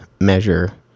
measure